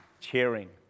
cheering